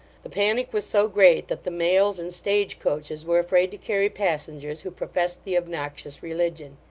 the panic was so great that the mails and stage-coaches were afraid to carry passengers who professed the obnoxious religion.